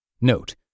Note